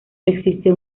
existe